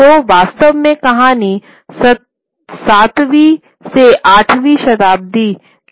तो वास्तव में कहानी सातवीं से आठवीं शताब्दी के अरब में विकसित हुई है